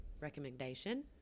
recommendation